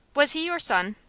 was he your son?